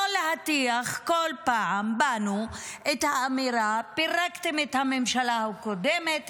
לא להטיח בנו כל פעם את האמירה: פירקתם את הממשלה הקודמת,